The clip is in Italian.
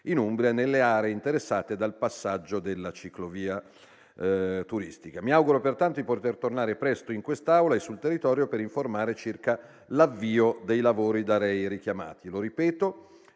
in Umbria, nelle aree interessate dal passaggio della ciclovia turistica. Mi auguro pertanto di poter tornare presto in quest'Aula e sul territorio per informare circa l'avvio dei lavori richiamati dal senatore